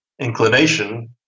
inclination